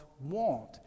want